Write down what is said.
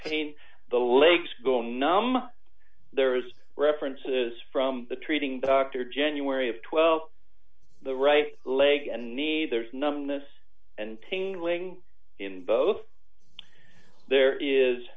pain the legs go numb there's references from the treating doctor january of twelve the right leg and neither is numbness and tingling in both there is